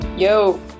Yo